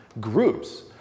groups